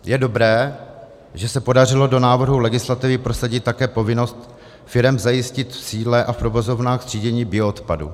Je dobré, že se podařilo do návrhu legislativy prosadit také povinnost firem zajistit v sídle a v provozovnách třídění bioodpadu.